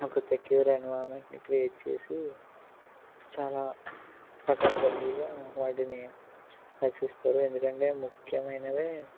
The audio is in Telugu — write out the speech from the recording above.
ఒక సెక్యూర్ అయిన మూమెంట్ని క్రియేట్ చేసి చాలా పకడ్బందీగా వాటిని రక్షిస్తారు ఎందుకంటే ముఖ్యమైనవే